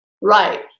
Right